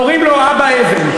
קוראים לו אבא אבן,